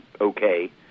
okay